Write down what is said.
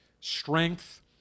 strength